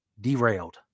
Derailed